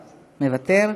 מוותר,